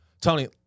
Tony